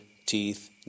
teeth